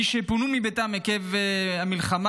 מי שפונו מביתם עקב המלחמה,